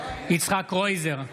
יצחק קרויזר,